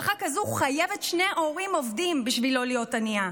חייבת שני הורים עובדים בשביל לא להיות ענייה.